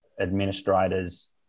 administrators